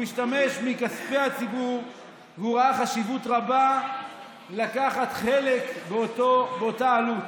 הוא השתמש מכספי הציבור והוא ראה חשיבות רבה לקחת חלק באותה עלות.